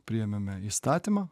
priėmėme įstatymą